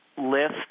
list